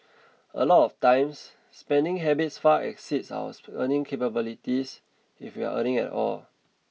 a lot of times spending habits far exceeds our earning capabilities if we're earning at all